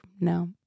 No